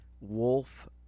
wolf